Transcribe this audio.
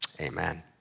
amen